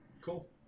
Cool